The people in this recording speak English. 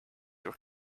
your